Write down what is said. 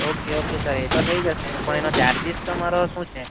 okay okay sir એતો થઈ જશે પણ એનો ચાર્જીસ તમારો શું છે